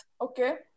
okay